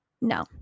No